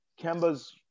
Kemba's